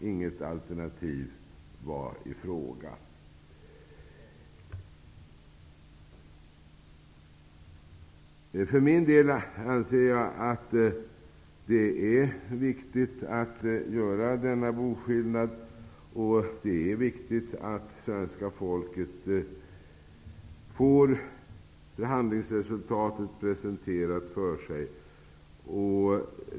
Inget alternativ kom i fråga. För min del anser jag att det är viktigt att göra denna boskillnad och att svenska folket får förhandlingsresultatet presenterat för sig.